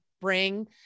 bring